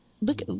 look